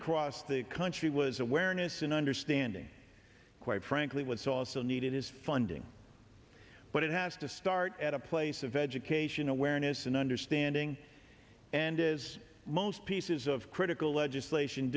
across the country was awareness and understanding quite frankly what's also needed is funding but it has to start at a place of education awareness and understanding and is most pieces of critical legislation